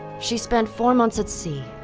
she spent four months at sea,